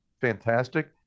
fantastic